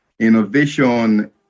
innovation